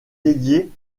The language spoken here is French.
dédiée